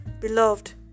Beloved